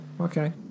okay